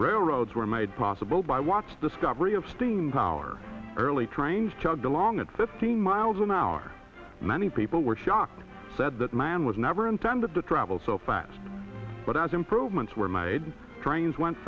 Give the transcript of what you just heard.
railroads were made possible by watts discovery of steam power early trains chug along at fifteen miles an hour many people were shocked said that man was never intended to travel so fast but as improvements were made trains went